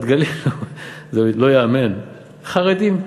הדגלים, זה לא ייאמן, חרדים.